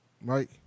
Mike